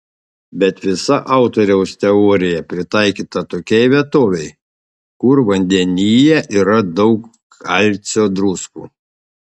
bet visa autoriaus teorija pritaikyta tokiai vietovei kur vandenyje yra daug kalcio druskų